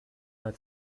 mal